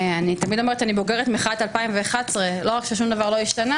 אני תמיד אומרת שאני בוגרת מחאת 2011 ולא רק ששום דבר לא השתנה